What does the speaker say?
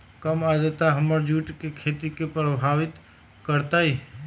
कम आद्रता हमर जुट के खेती के प्रभावित कारतै?